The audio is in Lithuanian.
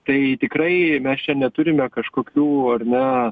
tai tikrai mes čia neturime kažkokių ar ne